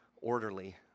orderly